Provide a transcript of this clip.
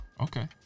Okay